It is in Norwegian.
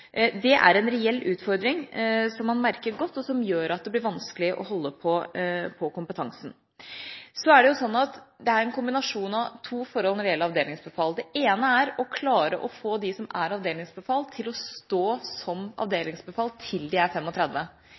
Det er en reell utfordring som man merker godt, og som gjør at det blir vanskelig å holde på kompetansen. Så er det en kombinasjon av to forhold når det gjelder avdelingsbefal. Det ene er å klare å få dem som er avdelingsbefal, til å stå som avdelingsbefal til de er